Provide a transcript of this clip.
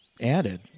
added